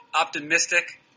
optimistic